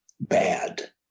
bad